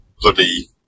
bloody